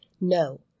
No